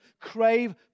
crave